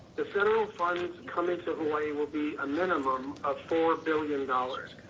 the federal funds coming to hawaii will be a minimum of four billion dollars.